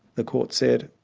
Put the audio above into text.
the courts said,